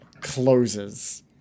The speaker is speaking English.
closes